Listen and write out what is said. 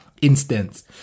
instance